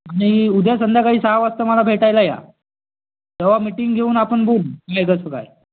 आणि उद्या संध्याकाळी सहा वाजता मला भेटायला या तेव्हा मीटिंग घेऊन आपण बोलू लेबरचं काय